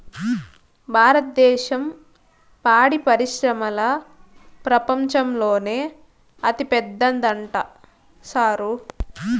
భారద్దేశం పాడి పరిశ్రమల ప్రపంచంలోనే అతిపెద్దదంట సారూ